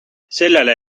sellele